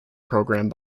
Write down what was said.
program